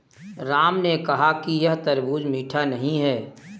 राम ने कहा कि यह तरबूज़ मीठा नहीं है